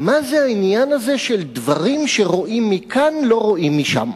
מה זה העניין הזה של דברים שרואים מכאן לא רואים משם.